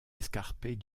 escarpées